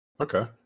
Okay